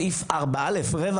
סעיף 4.א,